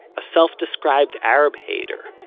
a self-described arab-hater,